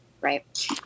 right